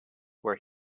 where